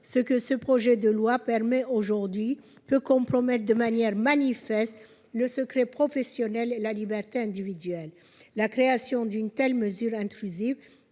Ce que ce texte veut permettre aujourd'hui peut compromettre de manière manifeste le secret professionnel et la liberté individuelle. La création d'une telle mesure intrusive